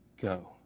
go